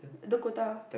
Dakota